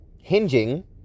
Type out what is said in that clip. hinging